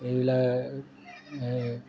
এইবিলাক এই